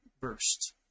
burst